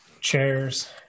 chairs